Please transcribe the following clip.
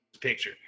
picture